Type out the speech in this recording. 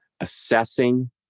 assessing